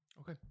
Okay